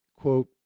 quote